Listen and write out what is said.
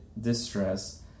distress